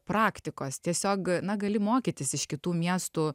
praktikos tiesiog na gali mokytis iš kitų miestų